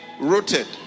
rooted